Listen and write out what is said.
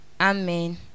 Amen